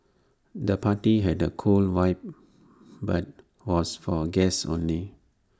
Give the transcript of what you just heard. the party had A cool vibe but was for guests only